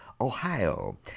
Ohio